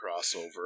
crossover